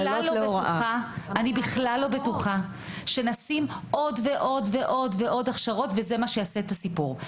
אני בכלל לא בטוחה שאם יהיו עוד ועוד הכשרות זה מה שיעשה את הסיפור.